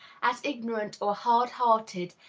as ignorant or hard-hearted,